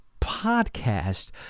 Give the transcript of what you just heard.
podcast